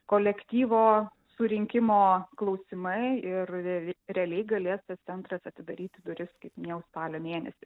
kolektyvo surinkimo klausimai ir realiai galės tas centras atidaryti duris kaip minėjau spalio mėnesį